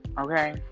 okay